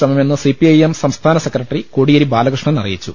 ശ്രമമെന്ന് CPIM സംസ്ഥാന secretary Kodiyeri Balakrishnan അറിയിച്ചു